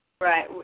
Right